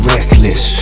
Reckless